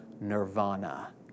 nirvana